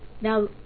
Now